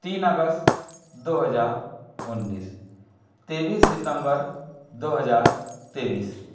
तीन अगस्त दो हजार उन्नीस तेईस सितम्बर दो हजार तेईस